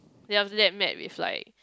then after that met with like